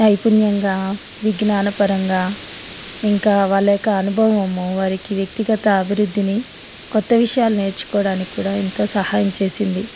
నైపుణ్యంగా విజ్ఞాన పరంగా ఇంకా వాళ్ళ యొక్క అనుభవము వారికి వ్యక్తిగత అభివృద్ధిని కొత్త విషయాలు నేర్చుకోవడానికి కూడా ఎంతో సహాయం చేసింది